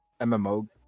MMO